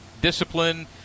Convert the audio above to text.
Discipline